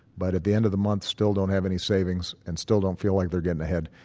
but at the end of the month still don't have any savings and still don't feel like they're getting ahead.